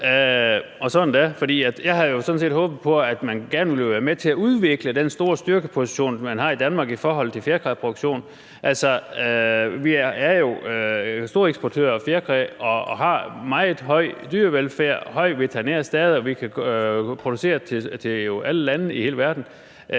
set håbet på, at man gerne ville være med til at udvikle den store styrkeposition, man har i Danmark, i forhold til fjerkræproduktion. Altså, vi er jo storeksportører af fjerkræ og har meget høj dyrevelfærd, et højt veterinært stade, og vi kan producere til alle lande i hele verden.